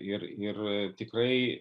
ir ir tikrai